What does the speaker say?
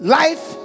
life